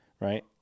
right